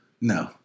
No